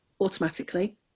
automatically